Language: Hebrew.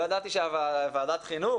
לא ידעתי שוועדת חינוך,